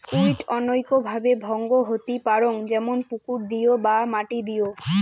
weed অনৈক ভাবে ভঙ্গ হতি পারং যেমন পুকুর দিয় বা মাটি দিয়